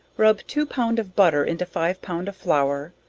rub two pound of butter into five pound of flour,